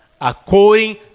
according